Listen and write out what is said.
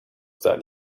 that